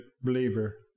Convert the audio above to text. believer